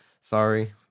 sorry